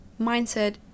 Mindset